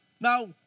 Now